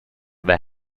the